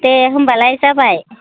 दे होनबालाय जाबाय